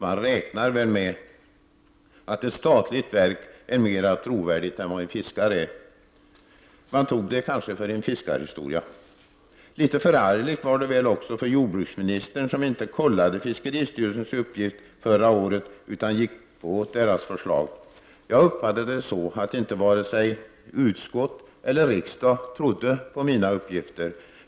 Man räknar väl med att ett statligt verk är mera trovärdigt än en fiskare. Man tog väl det jag sade för en fiskarhistoria. Litet förargligt var det väl också för jordbruksministern, som inte kollade fiskeristyrelsens uppgift förra året, utan gick på dess förslag. Jag uppfattade det så att varken utskott eller riksdag trodde på mina uppgifter.